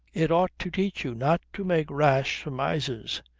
it ought to teach you not to make rash surmises.